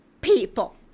people